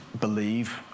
believe